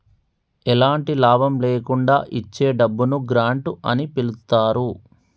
ఎలాంటి లాభం లేకుండా ఇచ్చే డబ్బును గ్రాంట్ అని పిలుత్తారు